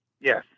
yes